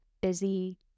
busy